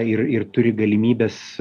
ir ir turi galimybes